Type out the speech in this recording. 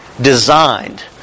designed